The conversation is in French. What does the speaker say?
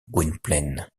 gwynplaine